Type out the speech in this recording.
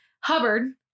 Hubbard